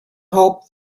help